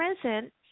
present